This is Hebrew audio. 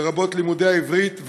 לרבות לימודי העברית,